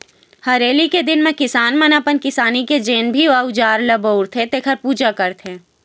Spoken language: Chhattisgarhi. हरेली के दिन म किसान मन अपन किसानी के जेन भी अउजार ल बउरथे तेखर पूजा करथे